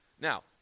Now